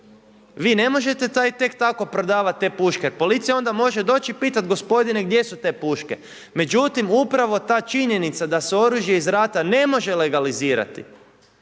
vi ne možete taj tek tako prodavati te puške jer policija onda može doći i pitati – gospodine gdje su te puške. Međutim, upravo ta činjenica da se oružje iz rata ne može legalizirati